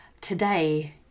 Today